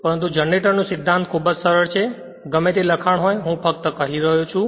પરંતુ જનરેટરનો સિધ્ધાંત ખૂબ જ સરળ છે ગમે તે લખાણ હોય તે ફક્ત હું કહી રહ્યો છું